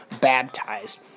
baptized